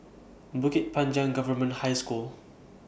Bukit Panjang Government High School